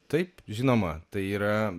taip žinoma tai yra